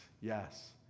yes